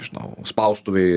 nežinau spaustuvėj